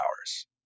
hours